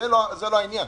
לא העניין.